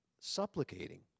supplicating